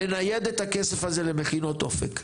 לנייד את הכסף הזה למכינות אופק.